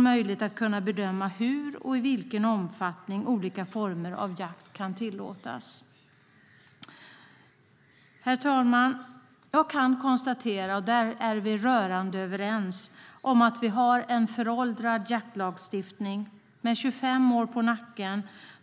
möjlighet att bedöma hur och i vilken omfattning olika former av jakt kan tillåtas. Herr talman! Vi är rörande överens om att Sverige har en föråldrad jaktlagstiftning med 25 år på nacken.